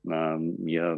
na jie